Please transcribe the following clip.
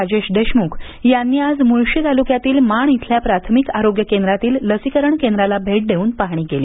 राजेश देशमुख यांनी आज मुळशी तालुक्यातील माण इथल्या प्राथमिक आरोग्य केंद्रातील लसीकरण केंद्राला भेट देऊन पहाणी केली